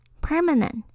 Permanent